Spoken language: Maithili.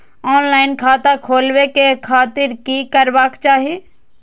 ऑनलाईन खाता खोलाबे के खातिर कि करबाक चाही?